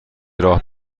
راه